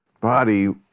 body